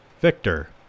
Victor